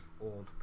old